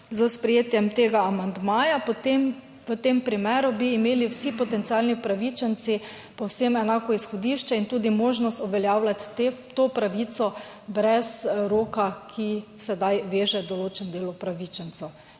s sprejetjem tega amandmaja, potem v tem primeru bi imeli vsi potencialni upravičenci povsem enako izhodišče in tudi možnost uveljavljati to pravico brez roka, ki sedaj veže določen del upravičencev